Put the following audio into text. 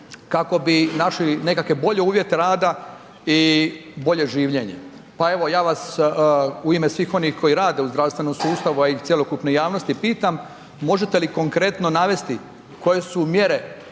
kako bi našli nekakve bolje uvjete rada i bolje življenje. Pa evo ja vas u ime svih onih koji rade u zdravstvenom sustavu a i cjelokupne javnosti pitam možete li konkretno navesti koje su mjere